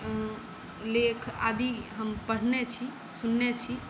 लेख आदि हम पढ़ने छी सुनने छी